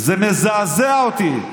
זה מזעזע אותי.